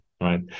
right